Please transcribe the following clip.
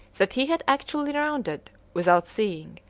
that he had actually rounded, without seeing,